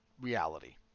reality